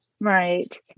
Right